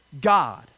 God